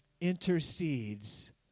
intercedes